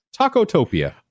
Tacotopia